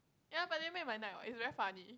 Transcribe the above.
ya but they make my night what is very funny